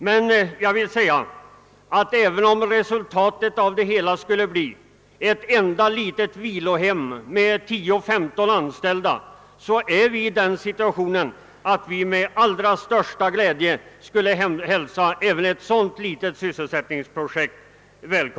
Men även om resultatet av det hela skulle bli ett enda litet vilohem med tio eller femton anställda, är vi i den situationen att vi med allra största glädje skulle välkomna även ett sådant litet sysselsättningsprojekt.